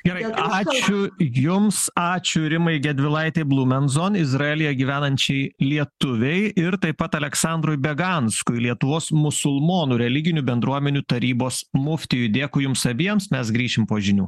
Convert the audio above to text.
gerai ačiū jums ačiū rimai gedvilaitei blumenzon izraelyje gyvenančiai lietuvei ir taip pat aleksandrui beganskui lietuvos musulmonų religinių bendruomenių tarybos muftijui dėkui jums abiems mes grįšim po žinių